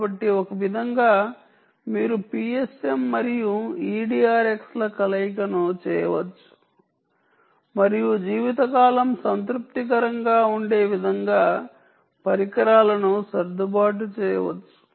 కాబట్టి ఒక విధంగా మీరు PSM మరియు eDRX ల కలయికను చేయవచ్చు మరియు జీవితకాలం సంతృప్తికరంగా ఉండే విధంగా పరికరాలను సర్దుబాటు చేయవచ్చు